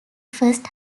first